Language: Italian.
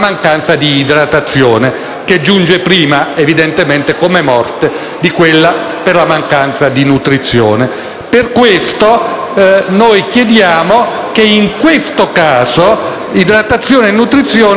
di quella per la mancanza di nutrizione. Per tale ragione noi chiediamo che in questo caso idratazione e nutrizione non possano essere oggetto di dichiarazioni anticipate di trattamento